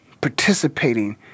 participating